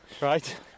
Right